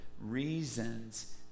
reasons